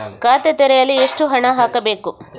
ಖಾತೆ ತೆರೆಯಲು ಎಷ್ಟು ಹಣ ಹಾಕಬೇಕು?